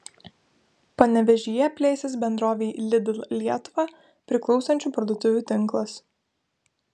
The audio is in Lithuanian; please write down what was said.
panevėžyje plėsis bendrovei lidl lietuva priklausančių parduotuvių tinklas